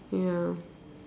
ya